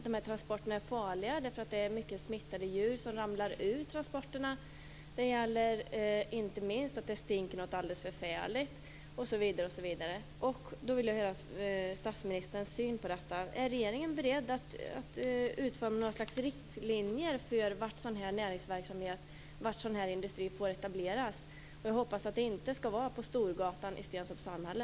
De här transporterna är farliga, därför att det är många smittade djur som ramlar ur transporterna. Det gäller inte minst att det stinker förfärligt, osv. Jag vill höra statsministerns syn på detta. Är regeringen beredd att utforma något slags riktlinjer för var sådan här industri får etableras? Jag hoppas att det inte skall vara på Storgatan i Stenstorps samhälle.